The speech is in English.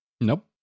Nope